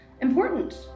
important